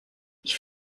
ich